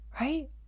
right